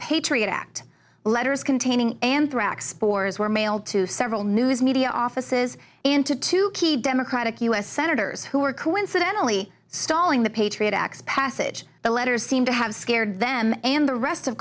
patriot act letters containing anthrax spores were mailed to several news media offices into two key democratic u s senators who were coincidentally stalling the patriot act passage the letters seemed to have scared them and the rest of